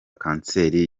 kanseri